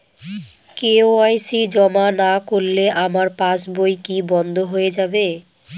KYC জমা না করলে আমার পাসবই কি বন্ধ হয়ে যাবে?